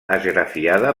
esgrafiada